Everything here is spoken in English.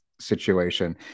situation